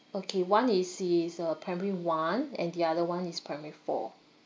okay one is he's uh primary one and the other one is primary four